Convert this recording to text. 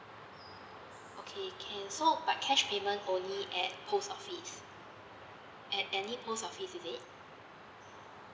okay can so by cash payment only at post office at any post office is it